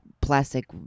plastic